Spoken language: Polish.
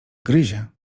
gryzie